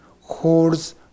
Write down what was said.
holds